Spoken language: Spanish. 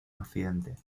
occidente